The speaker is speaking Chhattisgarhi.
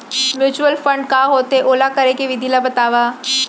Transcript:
म्यूचुअल फंड का होथे, ओला करे के विधि ला बतावव